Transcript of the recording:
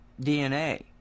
DNA